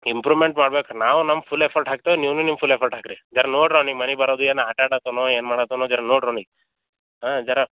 improvement ಮಾಡ್ಬೇಕು ನಾವು ನಮ್ಮ ಫುಲ್ ಎಫರ್ಟ್ ಹಾಕ್ತೇವೆ ನೀವ್ನೂ ನಿಮ್ಮ ಫುಲ್ ಎಫರ್ಟ್ ಹಾಕಿ ರೀ ಯಾರು ನೋಡ್ರಿ ನಿಮ್ಮ ಮನಿಗೆ ಬರೋದು ಏನು ಆಟಾಡಕ್ಕೋನೊ ಏನುಮಾಡತ್ತಾನೋ ಝರ ನೋಡ್ರಿ ಅವ್ನಿಗೆ ಹಾಂ ಝರ